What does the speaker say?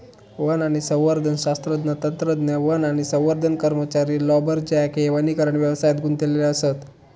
one आणि संवर्धन शास्त्रज्ञ, तंत्रज्ञ, वन आणि संवर्धन कर्मचारी, लांबरजॅक हे वनीकरण व्यवसायात गुंतलेले असत